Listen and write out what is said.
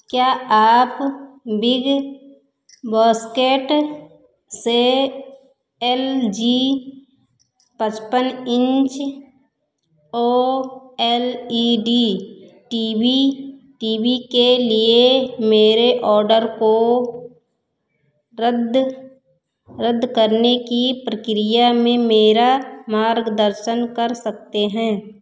क्या आप BigBasket से एल जी पचपन inch O L E D T V T V के लिए मेरे ऑर्डर को रद्द रद्द करने की प्रक्रिया में मेरा मार्गदर्शन कर सकते हैं